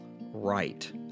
right